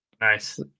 nice